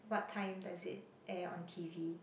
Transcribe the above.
what time does it air on T_V